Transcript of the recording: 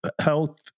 health